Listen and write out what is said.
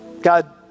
God